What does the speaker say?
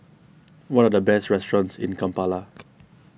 what are the best restaurants in Kampala